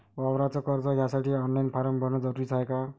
वावराच कर्ज घ्यासाठी ऑनलाईन फारम भरन जरुरीच हाय का?